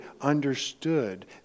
understood